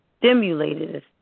stimulated